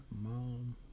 mom